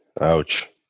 Ouch